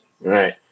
right